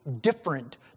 different